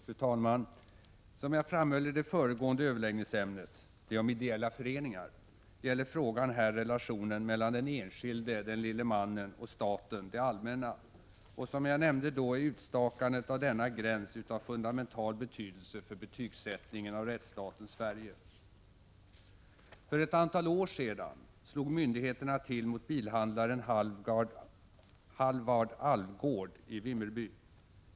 Fru talman! Som jag framhöll i det föregående överläggningsämnet — det om ideella föreningar — gäller frågan här relationen mellan den enskilde, ”den lille mannen”, och staten, det allmänna. Och som jag nämnde då är utstakandet av denna gräns av fundamental betydelse för betygsättningen av rättsstaten Sverige. För ett antal år sedan slog myndigheterna till mot bilhandlaren Halvard Alvgaard i Vimmerby.